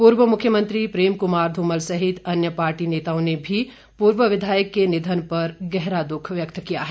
पूर्व मुख्यमंत्री प्रेम कुमार धूमल सहित अन्य पार्टी नेताओं ने भी पूर्व विधायक के निधन पर गहरा दुख व्यक्त किया है